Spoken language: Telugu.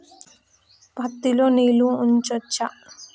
పత్తి లో నీళ్లు ఉంచచ్చా?